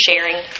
sharing